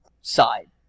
side